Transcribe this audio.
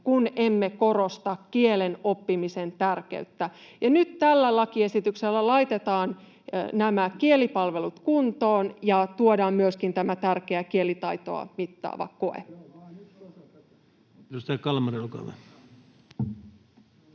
kun emme korosta kielen oppimisen tärkeyttä. Nyt tällä lakiesityksellä laitetaan kielipalvelut kuntoon ja tuodaan myöskin tämä tärkeä kielitaitoa mittaava koe.